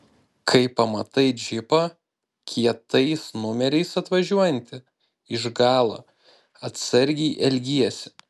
kai pamatai džipą kietais numeriais atvažiuojantį iš galo atsargiai elgiesi